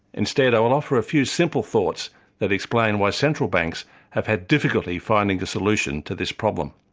instead i will offer a few simple thoughts that explain why central banks have had difficulty finding the solution to this problem.